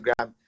Instagram